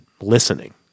listening